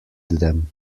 them